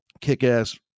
Kick-ass